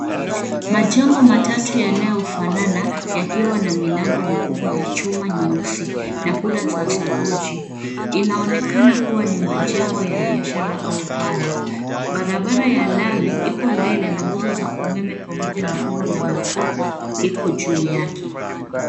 Majengo matatu yanayofanana yakiwa na milango mikubwa ya chuma nyeusi na kuta za saruji. Inaonekana kuwa ni majengo ya biashara au gala. Barabara ya lami iko mbele na nguzo za umeme pamoja na rundo la magogo liko juu yake.